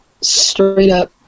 straight-up